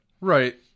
Right